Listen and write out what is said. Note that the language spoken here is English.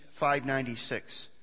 596